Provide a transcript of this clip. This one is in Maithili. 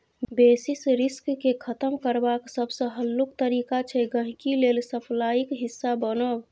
बेसिस रिस्क केँ खतम करबाक सबसँ हल्लुक तरीका छै गांहिकी लेल सप्लाईक हिस्सा बनब